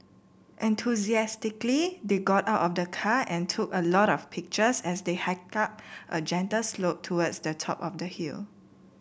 enthusiastically they got out of the car and took a lot of pictures as they hiked up a gentle slope towards the top of the hill